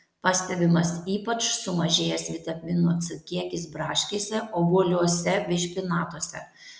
pastebimas ypač sumažėjęs vitamino c kiekis braškėse obuoliuose bei špinatuose